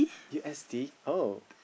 U_S_D oh